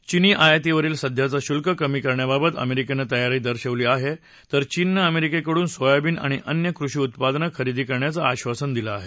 चीनी आयातीवरील सध्याचं शुल्क कमी करण्याबाबत अमेरिकेनं तयारी दर्शवली आहे तर चीननं अमेरिकेकडून सोयाबीन आणि अन्य कृषी उत्पादनं खरेदी करण्याचं आश्वासन दिलं आहे